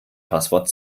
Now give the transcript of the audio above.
passwort